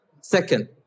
Second